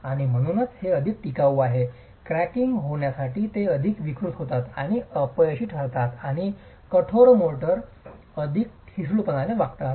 आणि म्हणूनच हे अधिक टिकाऊ आहेत क्रॅकिंग होण्याआधी ते अधिक विकृत होतात आणि अपयशी ठरतात आणि कठोर मोर्टार अधिक ठिसूळपणे वागतात